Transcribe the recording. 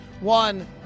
One